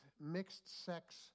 mixed-sex